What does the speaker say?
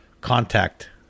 contact